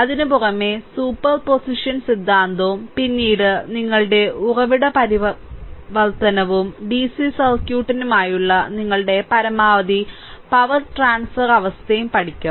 അതിനുപുറമെ superposition സിദ്ധാന്തവും പിന്നീട് നിങ്ങളുടെ ഉറവിട പരിവർത്തനവും ഡിസി സർക്യൂട്ടിനായുള്ള നിങ്ങളുടെ പരമാവധി പവർ ട്രാൻസ്ഫർ അവസ്ഥയും പഠിക്കും